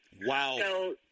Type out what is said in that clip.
wow